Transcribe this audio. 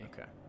Okay